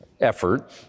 effort